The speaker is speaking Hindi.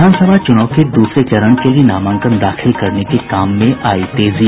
विधानसभा चुनाव के दूसरे चरण के लिए नामांकन दाखिल करने में आयी तेजी